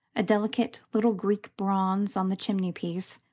a delicate little greek bronze on the chimney-piece,